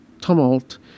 tumult